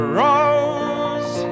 rose